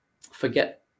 Forget